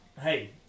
hey